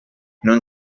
non